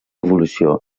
evolució